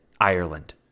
Ireland